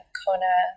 kona